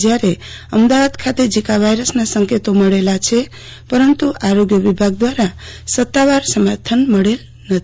જયારે અમદાવાદ ખાતે ઝીંકા વાયરસના સંકેતો મળલા છે પરંતુ આરોગ્ય વિભાગ દવારા સતાવાર સમર્થન મળલ નથી